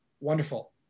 wonderful